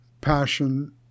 passion